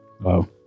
Wow